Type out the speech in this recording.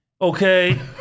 okay